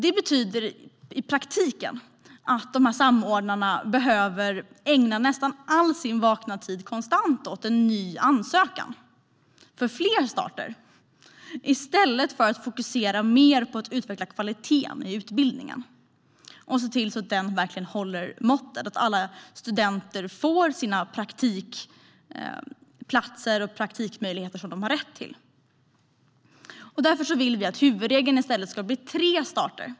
Det betyder i praktiken att anordnarna behöver ägna nästan all sin vakna tid åt att ansöka om fler starter i stället för att fokusera på att utveckla kvaliteten i utbildningen så att den håller måttet och alla studenter får den praktik de har rätt till. Därför vill vi att huvudregeln ska bli tre starter.